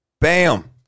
Bam